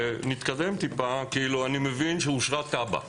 אני מבין שאושרה תב"ע.